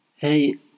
Hey